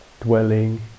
dwelling